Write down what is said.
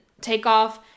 takeoff